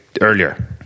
earlier